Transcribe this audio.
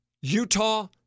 Utah